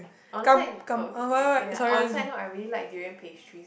on a side oh ya on a side note I really like durian pastries